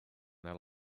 their